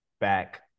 back